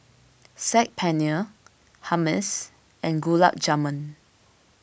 Saag Paneer Hummus and Gulab Jamun